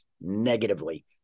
negatively